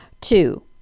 two